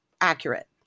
accurate